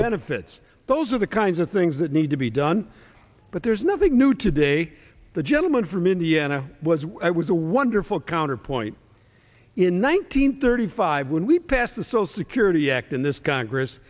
benefits those are the kinds of things that need to be done but there's nothing new today the gentleman from indiana was i was a wonderful counterpoint in one thousand thirty five when we passed the so security act in this congress